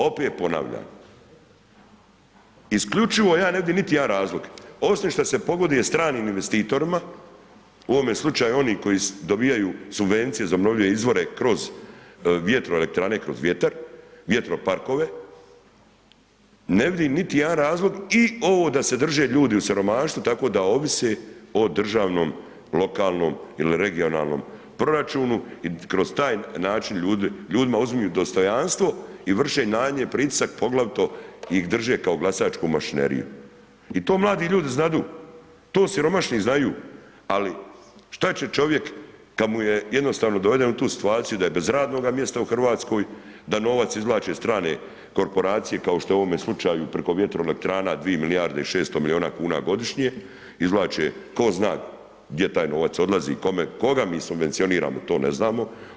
Opet ponavljam, isključivo ja ne vidim niti jedan razlog osim šta se pogoduje stranim investitorima u ovom slučaju oni koji dobivaju subvencije za obnovljive izvore kroz vjetroelektrane, kroz vjetar, vjetroparkove, ne vidim niti jedan razlog i ovo da se drže ljudi u siromaštvu tako da ovise o državnom, lokalnom ili regionalnom proračunu i kroz taj način ljudima uzimaju dostojanstvo i vrše na njih pritisak, poglavito ih drže kao glasačku mašineriju i to mladi ljudi znadu, to siromašni znaju ali šta će čovjek kad je jednostavno doveden u tu situaciju da je bez radnoga mjesta u Hrvatskoj, da novac izvlače strane korporacije kao što je u ovom slučaju preko vjetroelektrana 2 milijarde i 600 milijuna kuna godišnje izvlače, tko zna gdje taj novac odlazi, koga mi subvencioniramo, to ne znamo.